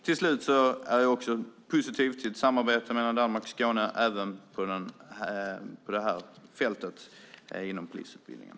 Till sist: Jag är positiv till ett samarbete mellan Danmark och Skåne även på det här fältet, inom polisutbildningen.